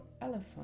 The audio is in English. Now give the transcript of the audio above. elephant